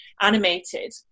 animated